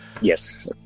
Yes